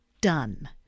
done